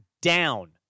down